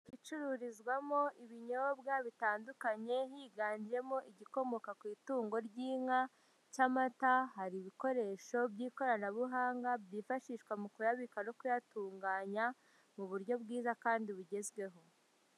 Inzu icururizwamo ibinyobwa bitandukanye higanjemo igikomoka ku itungo ry'inka cy'amata, hari ibikoresho by'ikoranabuhanga byifashishwa mu kuyabika no kuyatunganya mu buryo bwiza kandi bugezweho.